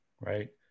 right